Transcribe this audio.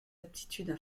aptitudes